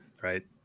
right